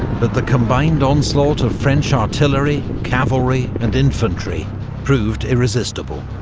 but the combined onslaught of french artillery, cavalry and infantry proved irresistible.